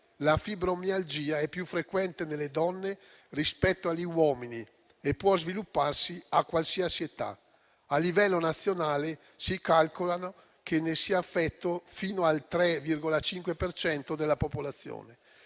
La fibromialgia è più frequente nelle donne rispetto agli uomini e può svilupparsi a qualsiasi età. A livello nazionale si calcola che ne sia affetto fino al 3,5 per cento della popolazione.